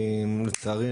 לצערי,